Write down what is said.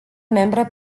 membre